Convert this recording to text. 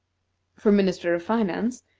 for minister of finance,